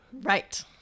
Right